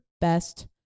best